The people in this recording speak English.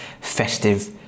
festive